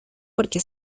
porque